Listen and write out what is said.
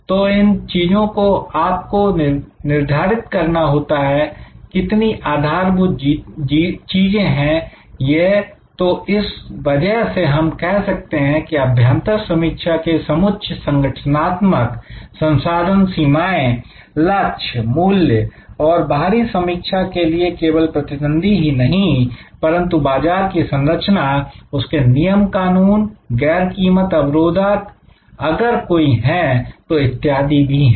तो इन चीजों को आप को निर्धारित करना होता है कितनी आधारभूत चीजें हैं यह तो इस वजह से हम कह सकते हैं कि अभ्यांतर समीक्षा के समुच्चय संगठनात्मक संसाधन सीमाएं लक्ष्य मूल्य हैं और बाहरी समीक्षा के लिए केवल प्रतिद्वंदी ही नहीं परंतु बाजार की संरचना उसके नियम कानून गैर कीमत अवरोधक अगर कोई है तो इत्यादि भी हैं